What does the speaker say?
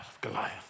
Goliath